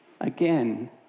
again